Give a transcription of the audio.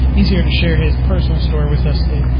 he's here to share his personal story with us today.